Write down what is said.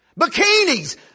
Bikinis